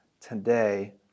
today